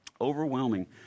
Overwhelming